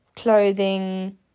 clothing